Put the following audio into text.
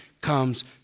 comes